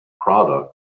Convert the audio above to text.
product